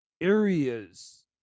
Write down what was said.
areas